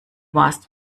warst